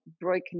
broken